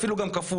אפילו גם כפול,